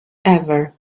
ever